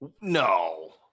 No